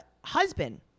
husband